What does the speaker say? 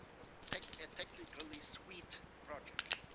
technically technically sweet project.